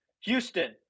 Houston